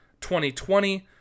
2020